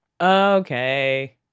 Okay